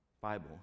Bible